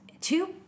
two